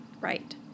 Right